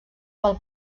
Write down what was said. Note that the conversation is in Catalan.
pel